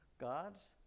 God's